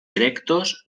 erectos